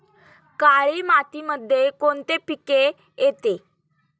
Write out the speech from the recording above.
काळी मातीमध्ये कोणते पिके येते?